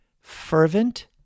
fervent